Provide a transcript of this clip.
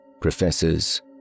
Professors